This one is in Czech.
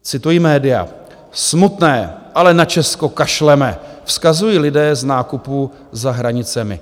Cituji média: Smutné, ale na Česko kašleme, vzkazují lidé z nákupů za hranicemi.